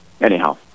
anyhow